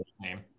name